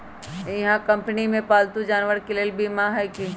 इहा कंपनी में पालतू जानवर के लेल बीमा हए कि?